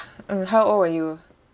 mm how old were you